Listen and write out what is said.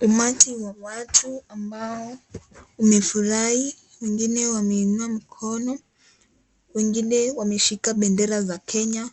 Umati wa watu ambao umefurahia. Wengine wameinua mkono wengine wameshika bendera za Kenya